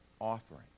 offering